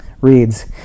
reads